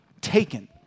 taken